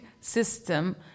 system